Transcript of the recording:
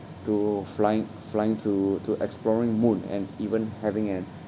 to flying flying to to exploring moon and even having an